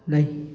ꯂꯩ